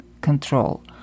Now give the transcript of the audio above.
control